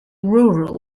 rural